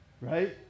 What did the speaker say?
right